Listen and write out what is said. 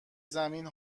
زمین